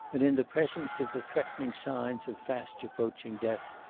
and in the presence of the threatening signs of fast approaching death,